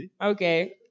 Okay